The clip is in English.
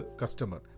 customer